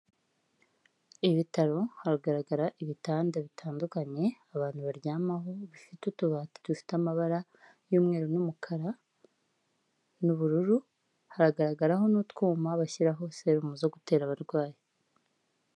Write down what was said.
Ibitaro, haragaragara ibitanda bitandukanye abantu baryamaho, bifite utubati dufite amabara y'umweru n'umukara n'ubururu, haragaragaraho n'utwuyuma bashyiraho serumu zo gutera abarwayi.